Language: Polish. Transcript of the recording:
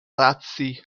racji